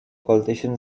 politician